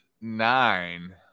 nine